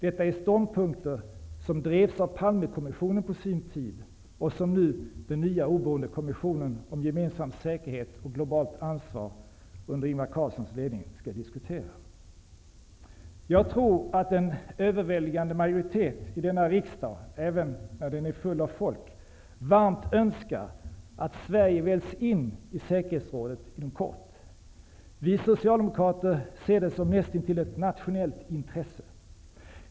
Detta är ståndpunkter som drevs av Palmekommissionen på sin tid, och som nu den nya oberoende kommissionen om gemensam säkerhet och globalt ansvar under Ingvar Carlssons ledning skall diskutera. Jag tror att en överväldigande majoritet i denna kammare även när den är fylld med folk, varmt önskar att Sverige väljs in i Säkerhetsrådet inom kort. Vi socialdemokrater ser det som näst intill ett nationellt intresse.